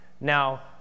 Now